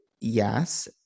Yes